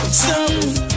Stop